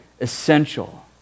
essential